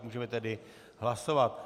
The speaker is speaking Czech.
Můžeme tedy hlasovat.